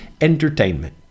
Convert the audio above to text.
entertainment